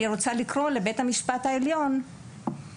לכן אני רוצה לקרוא לבית המשפט העליון ולומר